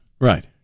Right